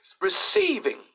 Receiving